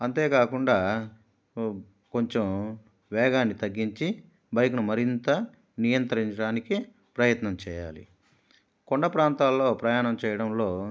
అంతేకాకుండా కొంచెం వేగాన్ని తగ్గించి బైక్ను మరింత నియంత్రించడానికి ప్రయత్నం చేయాలి కొండ ప్రాంతాల్లో ప్రయాణం చేయడంలో